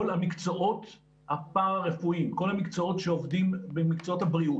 המקצועות הפרא-רפואיים כל מקצועות הבריאות.